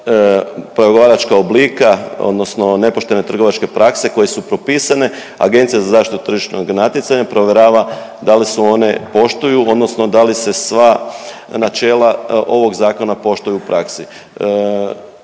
pregovaračka oblika odnosno nepoštene trgovačke prakse koje su propisane, Agencija za zaštitu tržišnog natjecanja provjerava da li se one poštuju odnosno da li sva načela ovog zakona poštuju u praksi.